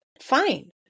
fine